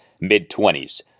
mid-20s